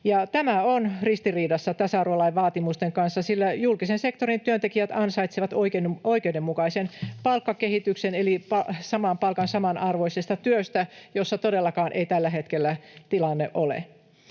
tämä on ristiriidassa tasa-arvolain vaatimusten kanssa, sillä julkisen sektorin työntekijät ansaitsevat oikeudenmukaisen palkkakehityksen, eli saman palkan samanarvoisesta työstä, mikä todellakaan ei tällä hetkellä ole tilanne.